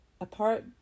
Apart